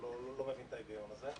לא מבין את ההיגיון הזה.